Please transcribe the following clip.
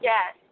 Yes